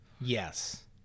Yes